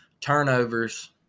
turnovers